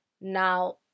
now